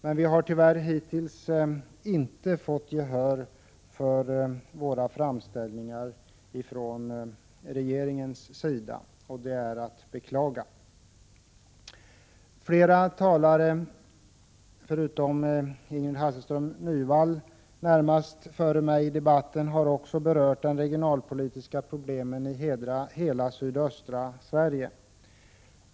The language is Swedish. Men vi har hittills tyvärr inte fått gehör hos regeringen för våra framställningar, och det är att beklaga. Förutom Ingrid Hasselström Nyvall närmast före mig har flera talare i debatten här i dag berört de regionalpolitiska problemen i hela sydöstra Sverige.